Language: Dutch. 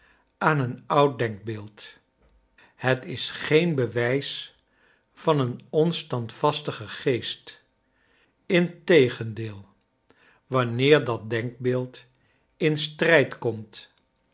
aan een oud denkbeeld het is geen bewijs van een onstandvastigen geest integendeel wanneer dat denkbeeld in strrjd komt